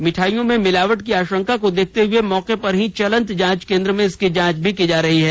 मिठाइयों में मिलावट की आशंका को देखते हुए मौके पर ही चलत जांच केंद्र में इसकी जांच भी की जा रही है